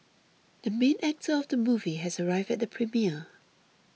the main actor of the movie has arrived at the premiere